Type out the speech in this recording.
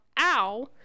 ow